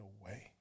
away